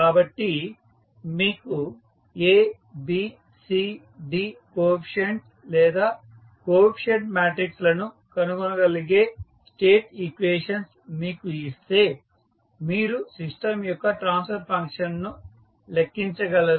కాబట్టి మీకు A B C D coefficients లేదా కోఎఫీసియంట్ మ్యాట్రిక్స్ లను కనుగొనగలిగే స్టేట్ ఈక్వేషన్స్ మీకు ఇస్తే మీరు సిస్టమ్ యొక్క ట్రాన్స్ఫర్ ఫంక్షన్ ను లెక్కించగలరు